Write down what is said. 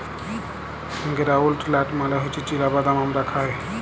গেরাউলড লাট মালে হছে চিলা বাদাম আমরা খায়